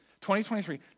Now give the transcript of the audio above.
2023